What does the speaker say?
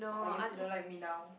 I guess he don't like me now